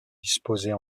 disposées